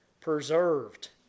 preserved